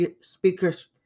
speakers